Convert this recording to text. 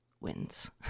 wins